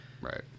right